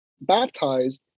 baptized